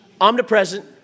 omnipresent